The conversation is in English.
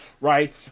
right